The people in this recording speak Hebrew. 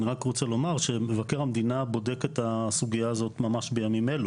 אני רק רוצה לומר שמבקר המדינה בודק את הסוגייה הזו ממש בימים אלו.